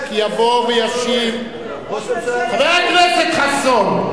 כמו אקוניס, תלך תקבל חיבוק.